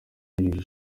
wungirije